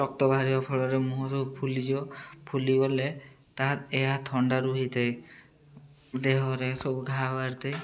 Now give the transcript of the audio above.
ରକ୍ତ ବାହାରିବା ଫଳରେ ମୁହଁ ସବୁ ଫୁଲିଯିବ ଫୁଲିଗଲେ ତା ଏହା ଥଣ୍ଡାରୁ ହେଇଥାଏ ଦେହରେ ସବୁ ଘା ବାହାରିଥାଏ